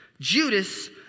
Judas